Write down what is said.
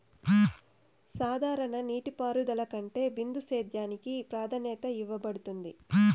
సాధారణ నీటిపారుదల కంటే బిందు సేద్యానికి ప్రాధాన్యత ఇవ్వబడుతుంది